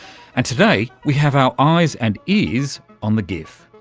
and today we have our eyes and ears on the gif,